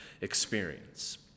experience